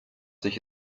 sich